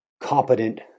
competent